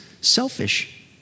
selfish